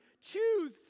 choose